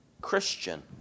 Christian